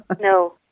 no